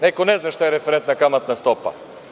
Neko ne zna šta je referentna kamatna stopa.